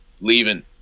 leaving